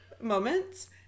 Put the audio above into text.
moments